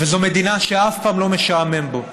וזו מדינה שאף פעם לא משעמם בה,